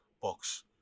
box